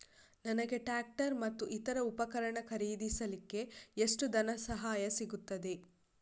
ನನಗೆ ಟ್ರ್ಯಾಕ್ಟರ್ ಮತ್ತು ಇತರ ಉಪಕರಣ ಖರೀದಿಸಲಿಕ್ಕೆ ಎಷ್ಟು ಧನಸಹಾಯ ಸಿಗುತ್ತದೆ?